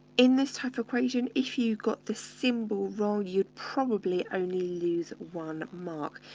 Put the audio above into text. in this type of equation, if you got the symbol wrong, you'd probably only lose one mark.